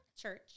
Church